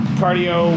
cardio